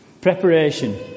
Preparation